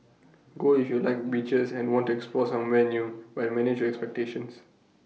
go if you like beaches and want to explore somewhere new but manage your expectations